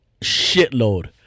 Shitload